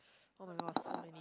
oh-my-god so like